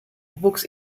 wuchs